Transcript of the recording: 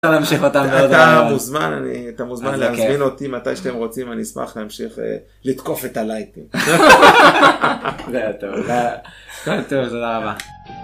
אתה מוזמן להזמין אותי מתי שאתם רוצים אני אשמח להמשיך לתקוף את הלייטים.